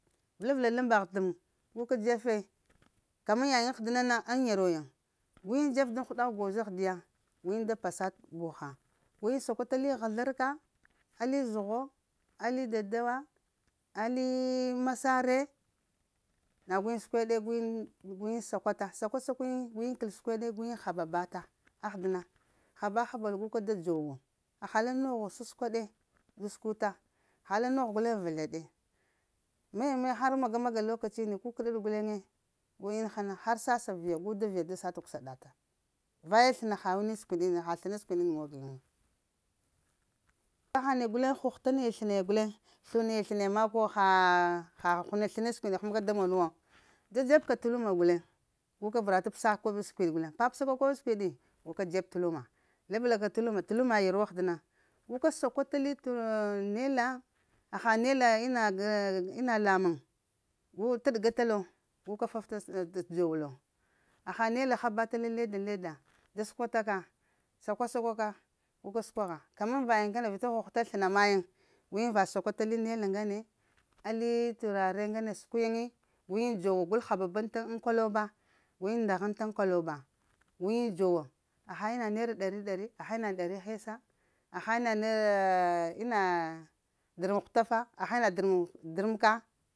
Vəla ɗa vəla lambagh dəmən guka dzefe, ka man yayiŋ ahdəna na ŋ yarwa yin, gu yiŋ dzef daŋ huda goz aghdiya, guyiŋ da pasa buha, guyiŋ sakwa ta li ghazlərka ali zhəgho ali dadawa, alii masare, na gu yiŋ səkweɗe guyiŋ guyiŋ sakwata sakwa-sakwa yiŋ, guyiŋ kəl səkweɗe guyiŋ haba-bata ahdəna haba-habal gu ka da dzowo. Ha ha la nogho sasəkwa ɗe gu sukuta ha la nogh guleŋ vazkaɗe, maya maya maga maga lokaciyi ni kukəɗa gul guleŋe gul ina hana har sasa viya gu da viya da sata kusaɗata, vaye sləna ha sləna sikwiɗi mog yin wu haha naya guleŋ, huhəta naya sləna guleŋ, slu niya sləna ya mak wo ha ha ha sləna sid həma ka da mon wo da dzeb ka da luma guleŋ guka vəra ta pəsa koɓa sin guleŋ, papsa ka koɓa siɗi guka dzeb t'luma, labla ka t'luma, t'luma yarwa aghdəna guka sakwa ta li ŋ nela, aha nela inaa g ina lamuŋ gu t'ɗəga talo, guka tafta t’ dzow lo, ha ha nela ha ba ta lo ŋ leda n leda da səkwata ka, sakwa-sakwa ka guka səkwagha kamaŋ vayiŋ ŋgane, vita huhəta sləna mayiŋ, gu yiŋ va sakwata li nela ŋgane ali turare ŋgane t'sarkw yiŋ guyin dzowo, gu yiŋ haba bante ŋ kaloba, guyin nda hən ta ŋ kwaloba, guyiŋ dzowo? Ha ina nera ɗari-ɗari? Ha ina ɗari hesa? Ha ina ne aaaah ina dərmaek hutafa? Ha ina dərm drəemka.